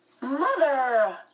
Mother